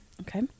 Okay